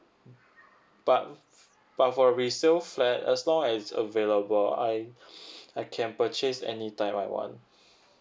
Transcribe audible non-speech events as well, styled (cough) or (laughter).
but but for resale flat as long as available I (breath) I can purchase any time I want